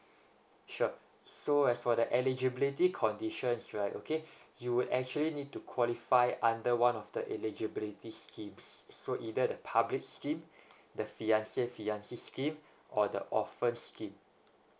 sure so as for the eligibility conditions right okay you actually need to qualify under one of the eligibility schemes so either the public scheme the fiancé fiancée scheme or the orphan scheme